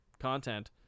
Content